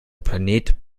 planet